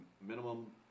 minimum